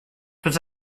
tots